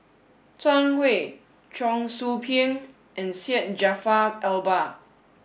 Zhang Hui Cheong Soo Pieng and Syed Jaafar Albar